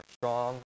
strong